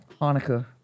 Hanukkah